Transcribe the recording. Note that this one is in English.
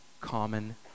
common